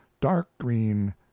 dark-green